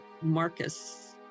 Marcus